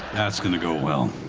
that's going to go well.